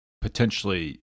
potentially